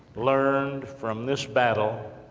learned from this battle,